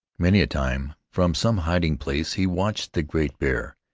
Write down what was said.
many a time from some hiding-place he watched the great bear,